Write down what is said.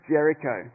Jericho